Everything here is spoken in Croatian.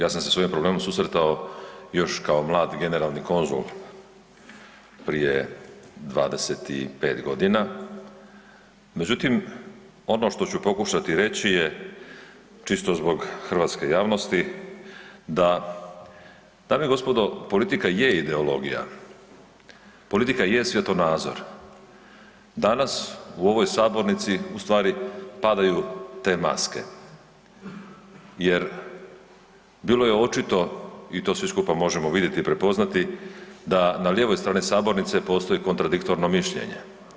Ja sam se s ovim problemom susretao još kao mlad generalni konzul prije 25 godina, međutim ono što ću pokušati reći je čisto zbog hrvatske javnosti da dame i gospodo, politika je ideologija, politika je svjetonazor, danas u ovoj sabornici ustvari padaju te maske jer bilo je očito i to svi skupa možemo vidjeti i prepoznati da na lijevoj strani sabornice postoji kontradiktorno mišljenje.